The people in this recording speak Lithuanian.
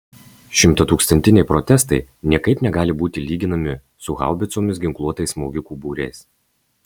šimtatūkstantiniai protestai niekaip negali būti lyginami su haubicomis ginkluotais smogikų būriais